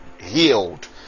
healed